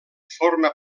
forma